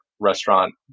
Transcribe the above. restaurant